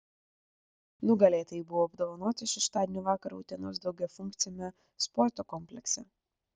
nugalėtojai buvo apdovanoti šeštadienio vakarą utenos daugiafunkciame sporto komplekse